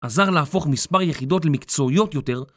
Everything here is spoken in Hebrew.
עזר להפוך מספר יחידות למקצועיות יותר